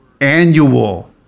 annual